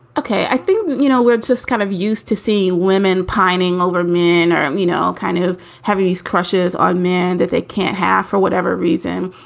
okay. i think, you know, we're just kind of used to see women pining over men or, um you know, kind of having these crushes on man that they can't have for whatever reason,